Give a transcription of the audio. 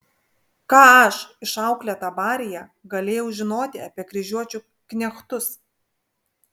ką aš išauklėta baryje galėjau žinoti apie kryžiuočių knechtus